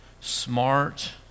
smart